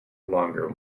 longer